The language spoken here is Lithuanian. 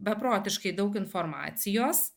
beprotiškai daug informacijos